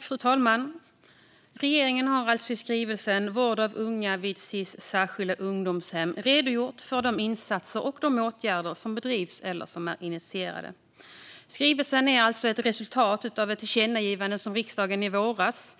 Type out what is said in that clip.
Fru talman! Regeringen har i skrivelsen Vård av unga vid Statens institutionsstyrelses särskilda ungdomshem redogjort för de insatser och åtgärder som görs, vidtas eller är initierade. Skrivelsen är ett resultat av ett tillkännagivande som riksdagen riktade i våras